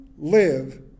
Live